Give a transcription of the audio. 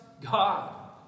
God